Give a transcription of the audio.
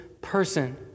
person